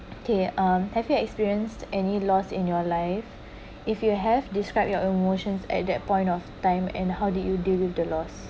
okay um have you experienced any loss in your life if you have describe your emotions at that point of time and how did you deal with the loss